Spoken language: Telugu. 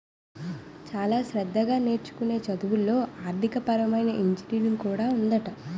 చాలా శ్రద్ధగా నేర్చుకునే చదువుల్లో ఆర్థికపరమైన ఇంజనీరింగ్ కూడా ఉందట